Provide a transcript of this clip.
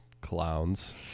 clowns